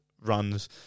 runs